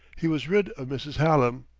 he was rid of mrs. hallam,